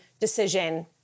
Decision